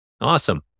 Awesome